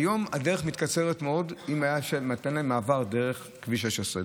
כיום הדרך מתקצרת מאוד אם היה מתאפשר להם מעבר דרך כביש 16,